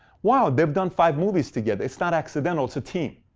wow, they've done five movies together. it's not accidental, it's a team.